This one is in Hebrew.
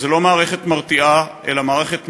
זה לא מערכת מרתיעה, אלא מערכת מעודדת,